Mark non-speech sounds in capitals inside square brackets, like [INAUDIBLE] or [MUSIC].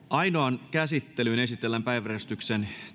[UNINTELLIGIBLE] ainoaan käsittelyyn esitellään päiväjärjestyksen